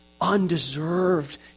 undeserved